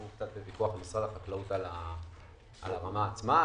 יש לנו קצת ויכוח עם משרד החקלאות על הרמה עצמה,